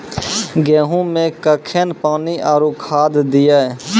गेहूँ मे कखेन पानी आरु खाद दिये?